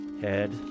head